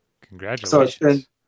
congratulations